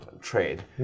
trade